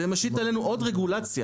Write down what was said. זה משית עלינו עוד רגולציה.